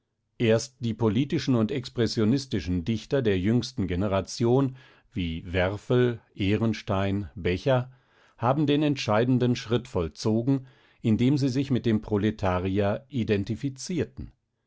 erst die politischen und expressionistischen dichter der jüngsten generation haben den entscheidenden schritt vollzogen indem sie sich mit dem proletarier identifizierten